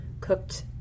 cooked